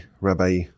Rabbi